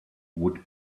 would